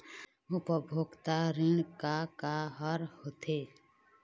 उपभोक्ता ऋण का का हर होथे?